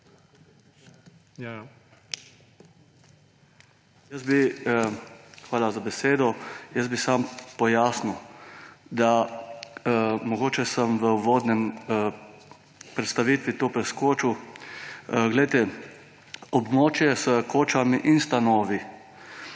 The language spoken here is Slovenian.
Hvala za besedo. Jaz bi samo pojasnil, ker sem mogoče v uvodni predstavitvi to preskočil. Poglejte, območje s kočami in stanovi,